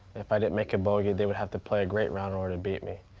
if i didn't make a bogey, they would have to play a great round or or to beat me.